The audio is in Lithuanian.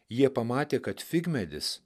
jie pamatė kad figmedis